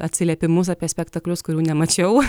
atsiliepimus apie spektaklius kurių nemačiau